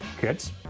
Kids